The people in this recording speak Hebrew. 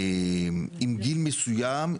עם גיל מסוים,